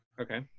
Okay